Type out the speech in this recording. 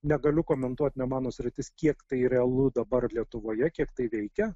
negaliu komentuot ne mano sritis kiek tai realu dabar lietuvoje kiek tai veikia